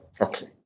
Okay